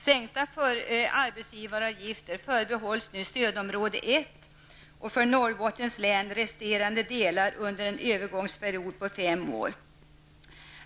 Sänkta arbetsgivaravgifter förbehålls nu stödområde 1 och för Norrbottens län resterande delar under en övergångsperiod på fem år.